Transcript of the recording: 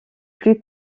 plus